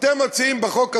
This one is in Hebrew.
אתם מציעים בחוק הזה,